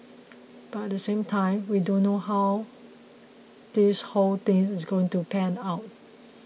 but at the same time we don't know how this whole thing is going to pan out